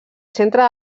centre